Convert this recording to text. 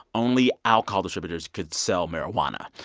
only alcohol distributors could sell marijuana.